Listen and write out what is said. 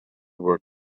were